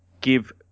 give